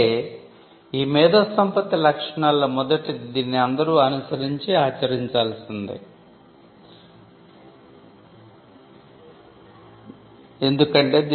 అంటే ఈ మేధో సంపత్తి లక్షణాలలో మొదటిది దీన్ని అందరు అనుసరించి ఆచరించాల్సిందే